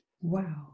Wow